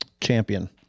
champion